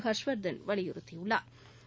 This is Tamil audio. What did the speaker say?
ஹா்ஷ்வா்தன் வலியுறுத்தி உள்ளாா்